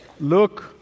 look